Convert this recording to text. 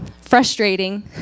frustrating